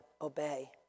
obey